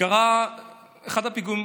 קרה אחד הפיגועים,